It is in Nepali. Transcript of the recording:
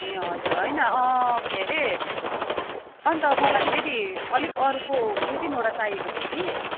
ए हजुर होइन के अरे अन्त मलाई फेरि अलिक अर्को दुई तिनवटा चाहिएको थियो कि